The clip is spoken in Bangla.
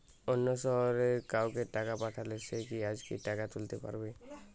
অন্য শহরের কাউকে টাকা পাঠালে সে কি আজকেই টাকা তুলতে পারবে?